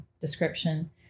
description